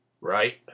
Right